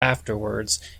afterwards